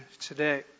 today